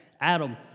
Adam